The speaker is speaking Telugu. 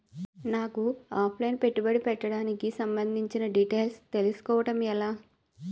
నాకు ఆఫ్ లైన్ పెట్టుబడి పెట్టడానికి సంబందించిన డీటైల్స్ తెలుసుకోవడం ఎలా?